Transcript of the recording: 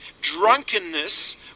drunkenness